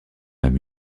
même